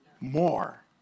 more